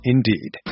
Indeed